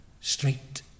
street